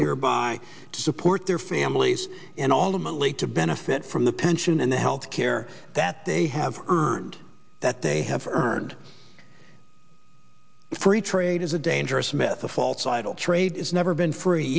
nearby to support their families and all the monthly to benefit from the pension and the health care that they have earned that they have earned free trade is a dangerous myth a false idol trade it's never been free